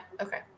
Okay